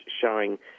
showing